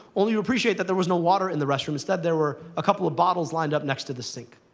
only to appreciate that there was no water in the restroom. instead, there were a couple of bottles lined up next to the sink.